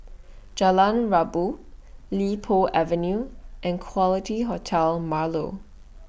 Jalan Rabu Li Po Avenue and Quality Hotel Marlow